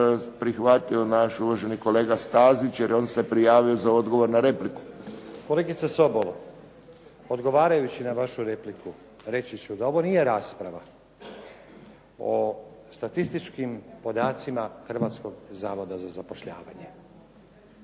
prihvatio naš uvaženi kolega Stazić, jer on se prijavio za odgovor na repliku. **Stazić, Nenad (SDP)** Kolegice Sobol, odgovarajući na vašu repliku reći ću da ovo nije rasprava o statističkim podacima Hrvatskog zavoda za zapošljavanje